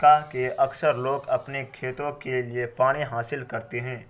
ت کہہ اکثر لوگ اپنے کھیتوں کے لیے پانی حاصل کرتے ہیں